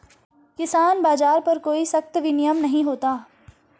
किसान बाज़ार पर कोई सख्त विनियम नहीं होता